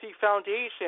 Foundation